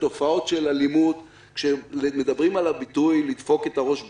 התופעות של אלימות כשמדברים על הביטוי "לדפוק את הראש בקיר",